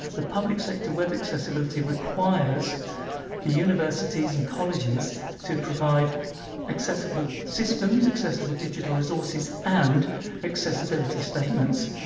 the public sector web accessibility requires the universities and colleges to provide accessible systems, accessible digital resources and accessibility statements.